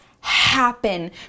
happen